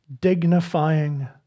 dignifying